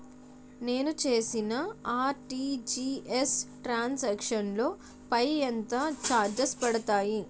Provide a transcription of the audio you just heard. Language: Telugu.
నేను చేసిన ఆర్.టి.జి.ఎస్ ట్రాన్ సాంక్షన్ లో పై ఎంత చార్జెస్ పడతాయి?